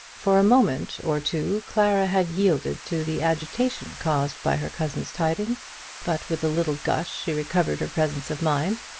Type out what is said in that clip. for a moment or two clara had yielded to the agitation caused by her cousin's tidings but with a little gush she recovered her presence of mind,